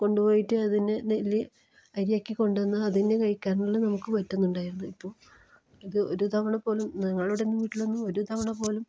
കൊണ്ട് പോയിട്ട് അതിനെ നെല്ല് അരിയാക്കി കൊണ്ട് വന്ന് അത് തന്നെ കഴിക്കാനല്ലേ നമുക്ക് പറ്റുന്നുണ്ടായുള്ളൂ ഇപ്പോൾ ഇത് ഒരു തവണ പോലും നിങ്ങളുടെ വീട്ടിലൊക്കെ ഒരു തവണ പോലും